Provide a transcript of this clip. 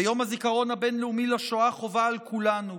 ביום הזיכרון הבין-לאומי לשואה חובה על כולנו,